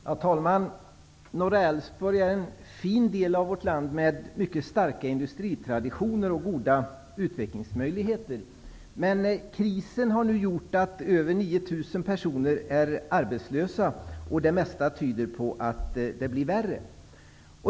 Herr talman! Norra Älvsborg är en fin del av vårt land, med mycket starka industritraditioner och goda utvecklingsmöjligheter. Men krisen har gjort att över 9 000 personer nu är arbetslösa, och det mesta tyder på att det blir värre.